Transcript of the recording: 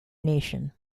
nation